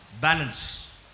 balance